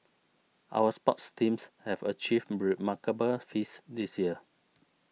our sports teams have achieved remarkable feats this year